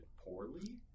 poorly